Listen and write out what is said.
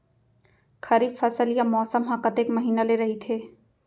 खरीफ फसल या मौसम हा कतेक महिना ले रहिथे?